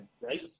Right